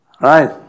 Right